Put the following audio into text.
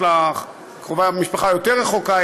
יש לה קרובי משפחה יותר רחוקה,